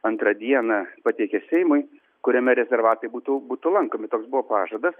antrą dieną pateikė seimui kuriame rezervatai būtų būtų lankomi toks buvo pažadas